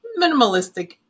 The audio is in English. minimalistic